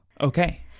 Okay